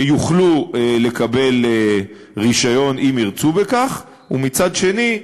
שיוכלו לקבל רישיון, אם ירצו בכך, ומצד שני,